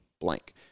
blank